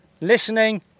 listening